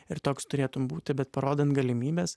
ir toks turėtų būti bet parodant galimybes